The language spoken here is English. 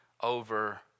over